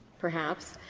perhaps.